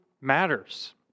matters